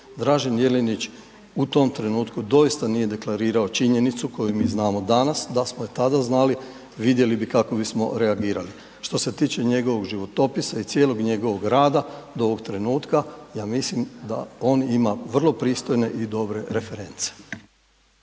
Dražen Jelenić u tom trenutku doista nije deklarirao činjenicu koju mi znamo danas, da smo je tada znali, vidjeli bi kako bismo reagirali. Što se tiče njegovog životopisa i cijelog njegovog rada, do ovog trenutka, ja mislim da on ima vrlo pristojne i dobre reference.